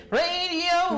radio